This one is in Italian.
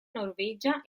norvegia